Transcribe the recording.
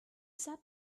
sat